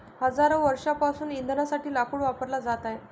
हजारो वर्षांपासून इंधनासाठी लाकूड वापरला जात आहे